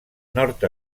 nord